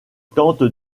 tente